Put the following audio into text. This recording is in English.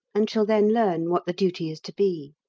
and shall then learn what the duty is to be.